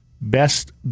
best